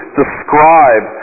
describe